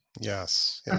Yes